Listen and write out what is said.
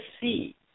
see